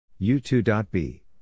U2.B